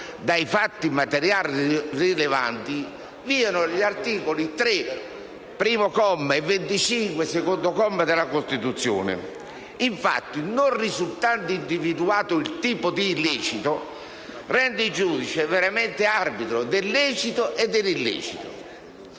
«dai fatti materiali rilevanti», violano gli articoli 3, primo comma, e 25, secondo comma, della Costituzione. Infatti, non risultando individuato il tipo di illecito, rende il giudice veramente arbitro del lecito e dell'illecito.